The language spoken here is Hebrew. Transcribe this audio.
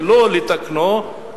ולא לתקנו,